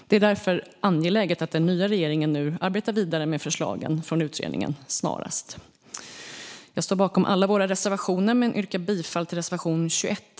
Det är därför angeläget att den nya regeringen nu arbetar vidare med förslagen från utredningen. Jag står bakom alla våra reservationer men yrkar bifall endast till reservation 21.